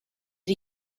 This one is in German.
die